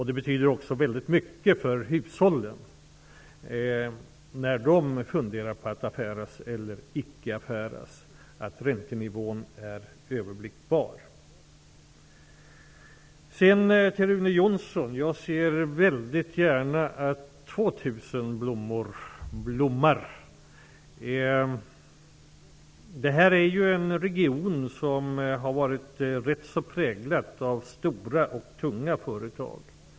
Det betyder också väldigt mycket för hushållen att räntenivån är överblickbar när de funderar på att göra affärer. Jag vill säga till Ingvar Johnsson att jag väldigt gärna ser att 2 000 blommor blommar. Fyrstadsregionen har varit ganska präglad av stora och tunga företag.